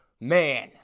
Man